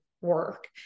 work